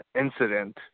incident